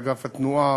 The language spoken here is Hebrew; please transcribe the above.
אגף התנועה,